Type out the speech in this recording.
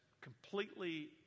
completely